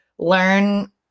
Learn